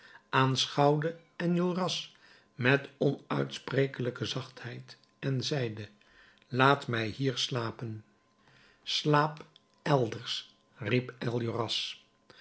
aanschouwde enjolras met onuitsprekelijke zachtheid en zeide laat mij hier slapen slaap elders riep